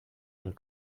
and